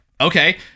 okay